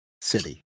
city